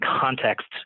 context